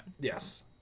Yes